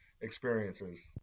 experiences